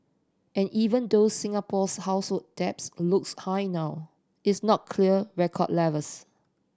and even though Singapore's household debts looks high now is not clear record levels